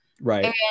right